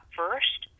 first